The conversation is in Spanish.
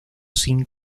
sin